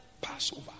Passover